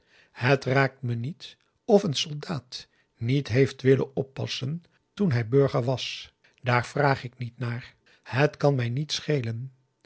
het raakt me niet of een soldaat niet heeft willen oppassen toen hij burger was daar vraag ik niet naar het kan mij niet schelen